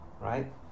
right